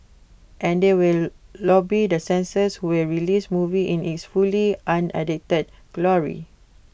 and they will lobby the censors who will release movie in its fully unedited glory